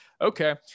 okay